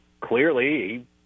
clearly